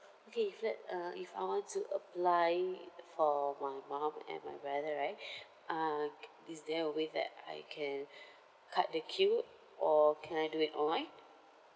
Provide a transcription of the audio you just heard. okay if let uh if I want to apply for my mom and my brother right uh c~ is there a way that I can cut the queue or can I do it online